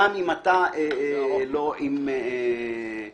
גם אם אתה לא עם אופנוע.